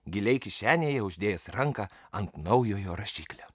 giliai kišenėje uždėjęs ranką ant naujojo rašiklio